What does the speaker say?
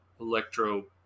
electro